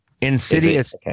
Insidious